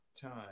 time